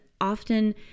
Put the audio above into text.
often